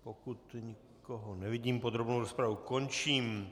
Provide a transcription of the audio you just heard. Pokud nikoho nevidím, podrobnou rozpravu končím.